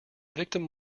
victim